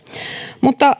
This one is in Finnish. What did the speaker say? mutta